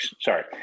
sorry